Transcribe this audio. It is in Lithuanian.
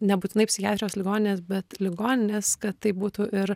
nebūtinai psichiatrijos ligoninės bet ligoninės kad tai būtų ir